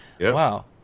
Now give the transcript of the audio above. Wow